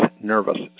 nervous